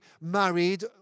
married